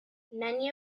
many